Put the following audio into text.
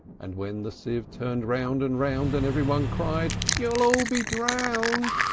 and when the sieve turned round and round, and every one cried, you'll all be drowned!